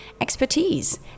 expertise